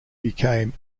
became